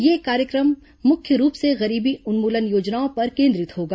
यह कार्य क्र म मुख्य रूप से गरीबी उन्मूलन योजनाओं पर केंद्रित होगा